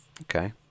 Okay